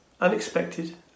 Unexpected